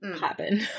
happen